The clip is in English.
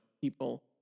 people